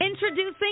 Introducing